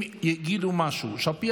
לא מדברים, חבר הכנסת משה סעדה.